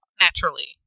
naturally